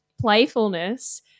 playfulness